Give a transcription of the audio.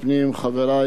זהו יום שמחה